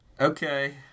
Okay